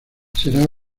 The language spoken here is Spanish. será